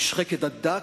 נשחקת עד דק,